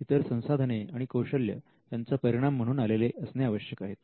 इतर संसाधने आणि कौशल्य यांचा परिणाम म्हणून आलेले असणे आवश्यक आहेत